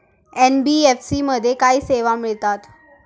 NBFC मध्ये काय सेवा मिळतात?